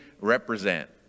represent